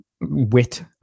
wit